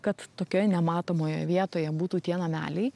kad tokioje nematomoje vietoje būtų tie nameliai